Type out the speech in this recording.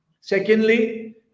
Secondly